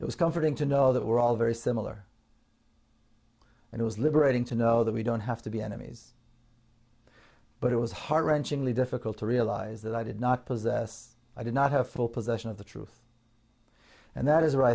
was comforting to know that we're all very similar and it was liberating to know that we don't have to be enemies but it was heart wrenchingly difficult to realize that i did not possess i did not have full possession of the truth and that is wh